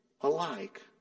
alike